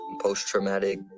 Post-traumatic